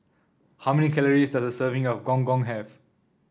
how many calories does a serving of Gong Gong have